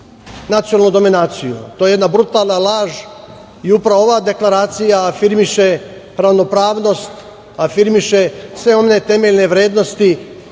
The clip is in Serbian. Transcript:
nacionalnu dominaciju. To je jedna brutalna laž i upravo ova Deklaracija afirmiše ravnopravnost, afirmiše sve one temeljne vrednosti